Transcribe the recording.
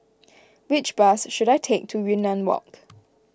which bus should I take to Yunnan Walk